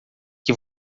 que